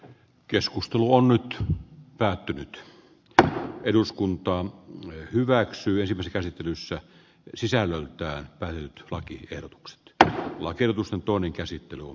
keskustelu on yksi päätynyt mitä eduskuntaan hyväksyisivät käsittelyssä sisällön töppäilyt lakiehdotukset että alakerrosten toinen käsittely on